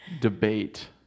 debate